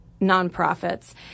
nonprofits